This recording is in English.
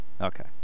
Okay